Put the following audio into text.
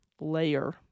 layer